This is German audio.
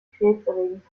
krebserregend